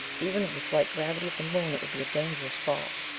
even with the slight gravity of the moon, it would be a dangerous fall.